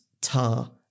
Tar